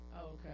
Okay